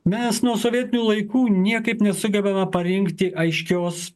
mes nuo sovietinių laikų niekaip nesugebama parengti aiškios